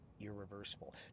Irreversible